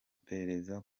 iperereza